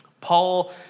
Paul